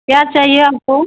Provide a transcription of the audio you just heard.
क्या चाहिए आपको